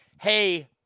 Hey